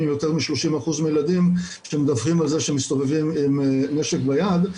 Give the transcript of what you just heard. יותר מ-30% מהילדים שמדווחים על זה שהם מסתובבים עם נשק ביד.